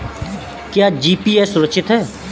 क्या जी.पी.ए सुरक्षित है?